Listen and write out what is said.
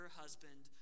husband